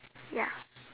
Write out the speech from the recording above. ya